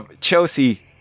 Chelsea